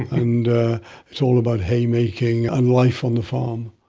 and it's all about haymaking and life on the farm.